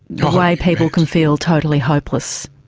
the way people can feel totally hopeless?